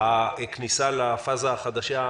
הכניסה לפאזה החדשה.